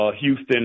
Houston